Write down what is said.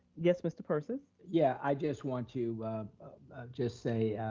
yes, mr. persis? yeah, i just want to just say,